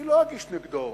אני לא אגיש נגדו